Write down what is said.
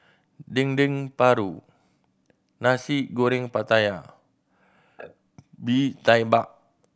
Dendeng Paru Nasi Goreng Pattaya Bee Tai Mak